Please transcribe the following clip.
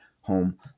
home